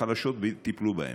תודה.